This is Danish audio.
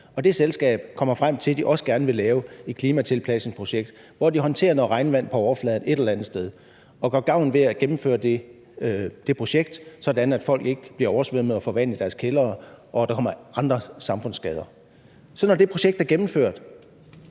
det selskab så kommer frem til, at de også gerne vil lave et klimatilpasningsprojekt, hvor de håndterer noget regnvand på overfladen et eller andet sted, og gør gavn ved at gennemføre det der projekt, sådan at folk ikke får oversvømmelser og får vand i deres kældre og der kommer andre samfundsskader. Når det projekt så er gennemført,